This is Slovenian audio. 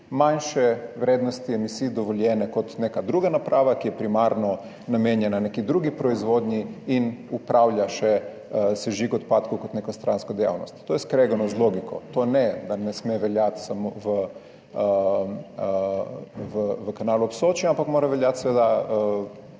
manjše vrednosti emisij kot neka druga naprava, ki je primarno namenjena neki drugi proizvodnji in upravlja še sežig odpadkov kot neko stransko dejavnost. To je skregano z logiko. To ne sme veljati samo v Kanalu ob Soči, ampak mora seveda